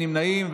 אין נמנעים.